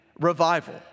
revival